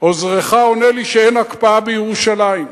עוזרך עונה לי שאין הקפאה בירושלים.